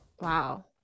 Wow